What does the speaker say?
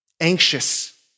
anxious